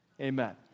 amen